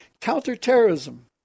counterterrorism